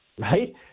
right